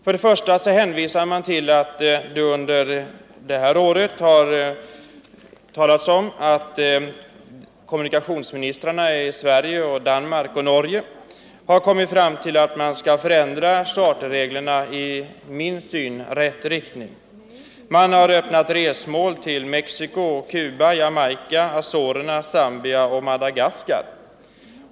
Först och främst hänvisar man till att det under innevarande år meddelats att kommunikationsministrarna i Sverige, Danmark och Norge kommit fram till att man skall förändra charterreglerna i, enligt min syn, rätt riktning. Man har öppnat resmål som Mexico, Cuba, Jamaica, Azorerna, Zambia och Madagaskar.